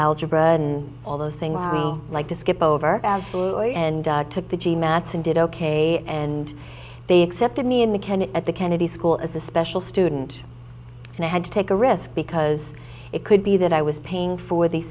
algebra and all those things i like to skip over absolutely and took the g math and did ok and they accepted me in the kennett at the kennedy school as a special student and i had to take a risk because it could be that i was paying for the se